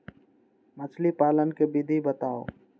मछली पालन के विधि बताऊँ?